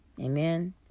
Amen